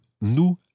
nous